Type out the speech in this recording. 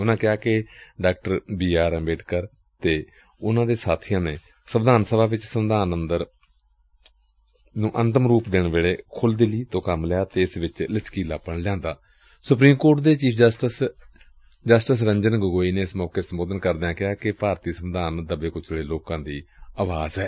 ਉਨੂਾ ਕਿਹਾ ਕਿ ਡਾ ਬੀ ਆਰ ਅੰਬੇਡਕਰ ਅਤੇ ਉਨੂਾ ਦੇ ਸਾਬੀਆਂ ਨੇ ਸੰਵਿਧਾਨ ਸਭਾ ਵਿਚ ਸੰਵਿਧਾਨ ਨੂੰ ਅੰਤਮ ਰੁਪ ਦੇਣ ਵੇਲੇ ਖੁਲ ਦਿਲੀ ਤੋਂ ਕੰਮ ਲਿਆ ਅਤੇ ਇਸ ਵਿਚ ਲਚਕੀਲਾਪਣ ਲਿਆਂਦਾ ਸੁਪਰੀਮ ਕੋਰਟ ਦੇ ਚੀਫ਼ ਜਸਟਿਸ ਰੰਜਨਗੋਗੋਈ ਨੇ ਏਸ ਮੌਕੇ ਸੰਬੋਧਨ ਕਰਦਿਆਂ ਕਿਹਾ ਕਿ ਭਾਰਤੀ ਸੰਵਿਧਾਨ ਦਬੇ ਕੁਚਲੇ ਲੋਕਾਂ ਦੀ ਆਵਾਜ਼ ਏ